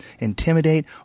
intimidate